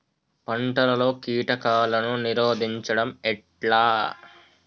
పంటలలో కీటకాలను నిరోధించడం ఎట్లా?